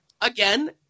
Again